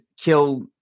kill